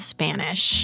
Spanish